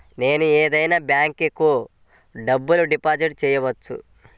నేను ఏదైనా బ్యాంక్లో డబ్బు డిపాజిట్ చేయవచ్చా?